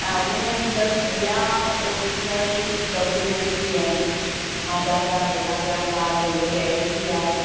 ऐं उन में मुंहिंजा सॼा ओरिजनल डॉक्यूमेंट्स बि आहिनि Aadhaar card Jan Aadhaar card cash बि आहे